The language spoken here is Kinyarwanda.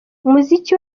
umuziki